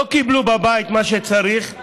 לא קיבלו בבית מה שצריך,